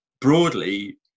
broadly